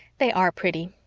they are pretty.